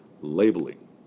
labeling